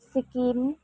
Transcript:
Sikkim